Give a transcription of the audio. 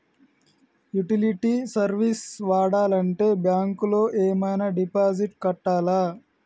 Utility service వాడాలంటే bank లో ఏమైనా డిపాజిట్ కట్టాలా?